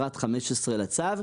פרט 15 לצו,